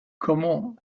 comment